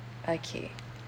okay